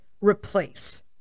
replace